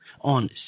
on